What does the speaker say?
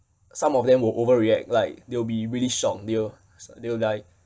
some of them will overreact like they will be really shocked they'll they'll be like